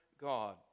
God